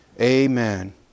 Amen